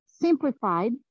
simplified